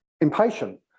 impatient